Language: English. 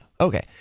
Okay